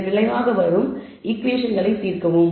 இதன் விளைவாக வரும் ஈகுவேஷன்களை தீர்க்கவும்